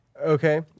Okay